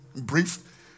Brief